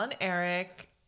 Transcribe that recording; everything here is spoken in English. Eric